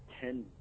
ten